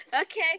Okay